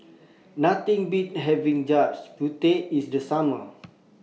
Nothing Beats having Gudeg Putih in The Summer